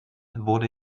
wurde